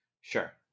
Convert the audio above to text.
Sure